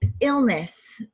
illness